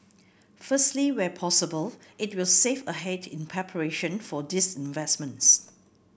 firstly where possible it will save ahead in preparation for these investments